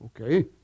okay